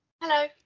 Hello